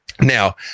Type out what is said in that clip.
Now